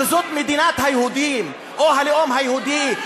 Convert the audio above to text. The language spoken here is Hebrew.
שזאת מדינת היהודים או הלאום היהודי,